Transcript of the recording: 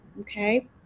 Okay